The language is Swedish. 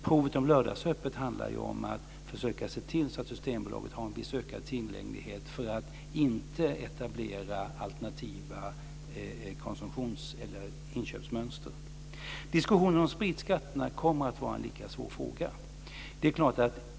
Provet med lördagsöppet handlar ju om att försöka se till att Systembolaget har en viss ökad tillgänglighet för att alternativa inköpsmönster inte ska etableras. Diskussionen om spritskatterna kommer att bli en lika svår fråga.